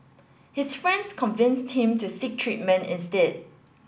his friends convinced him to seek treatment instead